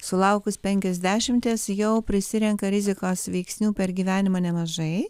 sulaukus penkiasdešimties jau prisirenka rizikos veiksnių per gyvenimą nemažai